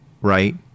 right